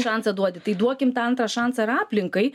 šansą duodi tai duokim tą antrą šansą ir aplinkai